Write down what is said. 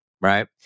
right